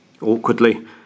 Awkwardly